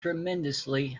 tremendously